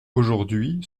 aujourd’hui